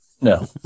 No